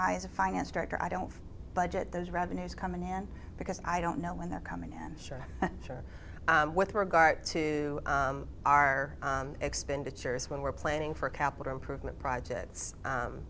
a finance director i don't budget those revenues coming in because i don't know when they're coming and sure sure with regard to our expenditures when we're planning for capital improvement projects